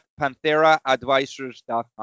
PantheraAdvisors.com